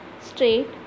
straight